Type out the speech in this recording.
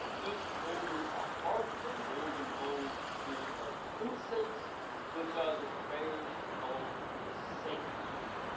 each holding a harp and golden bowls full of incense which are the prayers of the saints.